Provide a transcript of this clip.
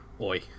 Oi